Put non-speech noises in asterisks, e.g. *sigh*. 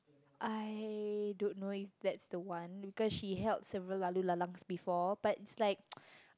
I don't know if that's the one because she held several laloo-lalangs before but it's like *noise*